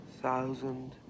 thousand